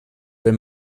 wenn